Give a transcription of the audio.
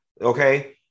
Okay